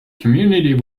community